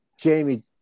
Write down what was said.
jamie